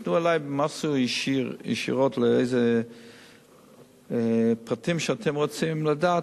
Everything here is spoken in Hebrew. תפנו אלי ישירות לפרטים שאתם רוצים לדעת,